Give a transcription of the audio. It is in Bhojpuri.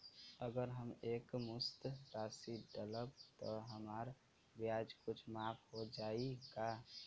अगर हम एक मुस्त राशी डालब त हमार ब्याज कुछ माफ हो जायी का?